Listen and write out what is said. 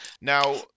now